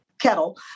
kettle